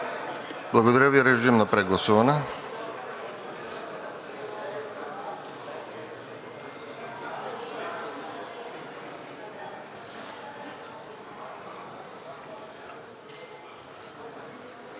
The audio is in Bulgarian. Благодаря Ви. Режим на прегласуване.